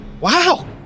Wow